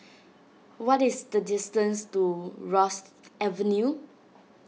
what is the distance to Rosyth Avenue